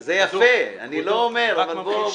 זה יפה, אני לא אומר, אבל בוא --- טוב.